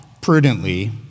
prudently